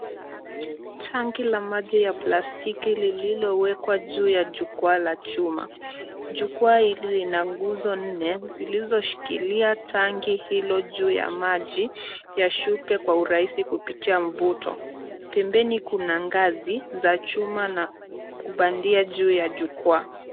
Tangi la maji ya plastiki lililowekwa juu ya jukwaa la chuma. Jukwaa hili lina nguzo nne, zilizoshikilia tangi hilo juu la maji yashuke kwa urahisi kupitia mvuto. Pembeni kuna ngazi za chuma na kubandia juu ya jukwaa.